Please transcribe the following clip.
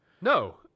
No